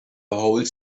whole